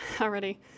already